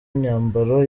imyambaro